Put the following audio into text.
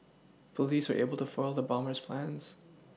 police were able to foil the bomber's plans